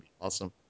awesome